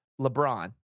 LeBron